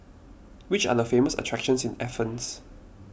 which are the famous attractions in Athens